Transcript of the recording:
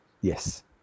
yes